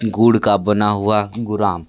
गुड़ का बना हुआ गुराम